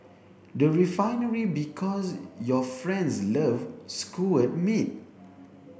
the Refinery Because your friends love skewered meat